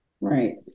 Right